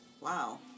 Wow